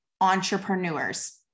entrepreneurs